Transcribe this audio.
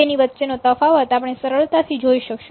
તેની વચ્ચેનો તફાવત આપણે સરળતાથી જોઈ શકશું